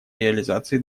реализации